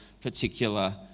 particular